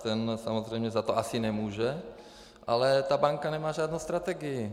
Ten samozřejmě za to asi nemůže, ale ta banka nemá žádnou strategii.